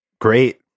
great